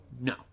no